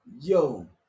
yo